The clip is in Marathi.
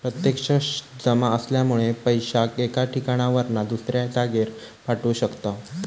प्रत्यक्ष जमा असल्यामुळे पैशाक एका ठिकाणावरना दुसऱ्या जागेर पाठवू शकताव